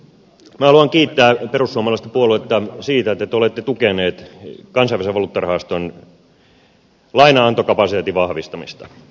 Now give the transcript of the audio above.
minä haluan kiittää perussuomalaista puoluetta siitä että te olette tukeneet kansainvälisen valuuttarahaston lainanantokapasiteetin vahvistamista